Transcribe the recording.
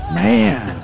man